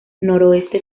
noroeste